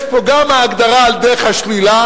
יש פה גם הגדרה על דרך השלילה,